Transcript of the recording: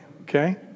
okay